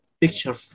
picture